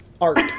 art